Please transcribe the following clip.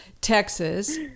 Texas